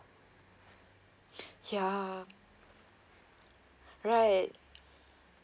ya right